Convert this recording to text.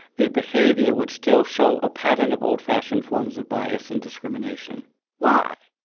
their behavior would still show a pattern of old-fashioned forms of bias and discrimination why?